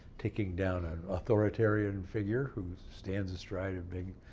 taking down an authoritarian figure who stands astride a big